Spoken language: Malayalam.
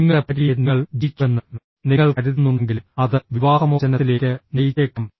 നിങ്ങളുടെ ഭാര്യയെ നിങ്ങൾ ജയിച്ചുവെന്ന് നിങ്ങൾ കരുതുന്നുണ്ടെങ്കിലും അത് വിവാഹമോചനത്തിലേക്ക് നയിച്ചേക്കാം